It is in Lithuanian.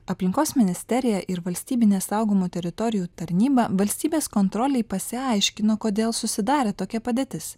aplinkos ministerija ir valstybinė saugomų teritorijų tarnyba valstybės kontrolei pasiaiškino kodėl susidarė tokia padėtis